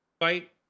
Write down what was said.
fight